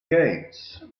gates